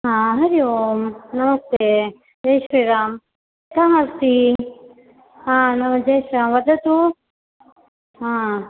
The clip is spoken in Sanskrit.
हरि ओम् नमस्ते जय् श्रीराम् कः अस्ति हा मञ्जेषा वदतु हा